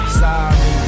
sorry